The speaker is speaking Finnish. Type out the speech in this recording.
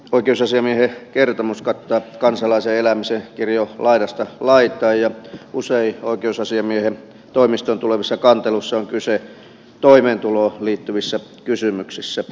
oikeusasiamiehen kertomus kattaa kansalaisen elämisen kirjon laidasta laitaan ja usein oikeusasiamiehen toimistoon tulevissa kanteluissa on kyse toimeentuloon liittyvistä kysymyksistä